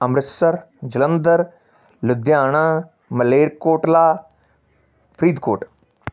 Amritsar Jalandhar Ludhiana Malerkotla Faridkot